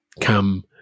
come